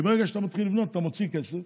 כי ברגע שאתה מתחיל לבנות אתה מוציא כסף,